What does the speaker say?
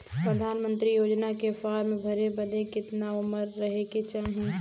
प्रधानमंत्री योजना के फॉर्म भरे बदे कितना उमर रहे के चाही?